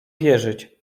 wierzyć